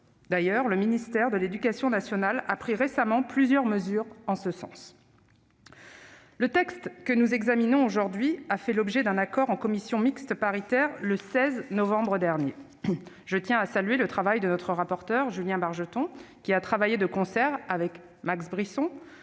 d'école. Le ministre de l'éducation nationale a d'ailleurs pris récemment plusieurs mesures en ce sens. Le texte que nous examinons aujourd'hui a fait l'objet d'un accord en commission mixte paritaire le 16 novembre dernier. Je tiens à saluer le travail de notre rapporteur, Julien Bargeton, qui a travaillé de concert avec Max Brisson,